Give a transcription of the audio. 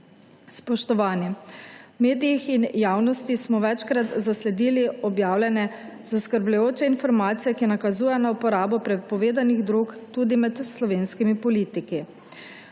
Spoštovani, v medijih in javnosti smo večkrat zasledili objavljene, zaskrbljujoče informacije, ki nakazujejo na uporabo prepovedanih drog tudi med slovenskimi politiki.